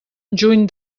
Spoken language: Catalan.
juny